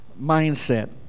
mindset